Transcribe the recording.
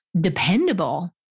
dependable